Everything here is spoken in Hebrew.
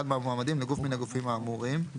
מהמועמדים לגוף מן הגופים האמורים"; (א2)